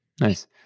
Nice